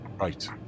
Right